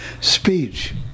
speech